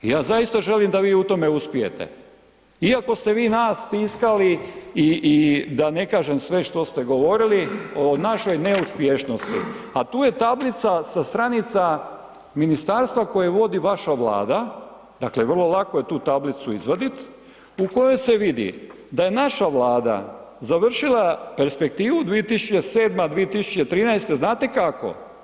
Ja zaista želim da vi u tome uspijete iako ste vi nas stiskali i da ne kažem sve što ste govorili o našoj neuspješnosti a tu je tablica sa stranica ministarstva koju vodi vaša Vlada, dakle vrlo lako je tu tablicu izvadit u kojoj se vidi da je naša Vlada završila perspektivu 2007.-2013., znate kako?